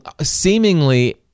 seemingly